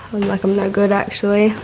like i'm no good actually,